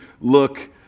look